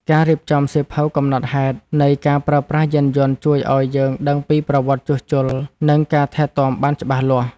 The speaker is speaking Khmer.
ការរៀបចំសៀវភៅកំណត់ហេតុនៃការប្រើប្រាស់យានយន្តជួយឱ្យយើងដឹងពីប្រវត្តិជួសជុល និងការថែទាំបានច្បាស់លាស់។